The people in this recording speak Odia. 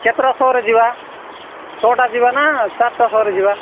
କେତେଟା ସୋରେ ଯିବା ଛଅଟା ସୋରେ ଯିବା ନା ସାତଟା ସୋରେ ଯିବା